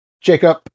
Jacob